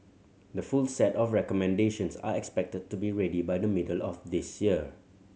the full set of recommendations are expected to be ready by the middle of this year